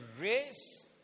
race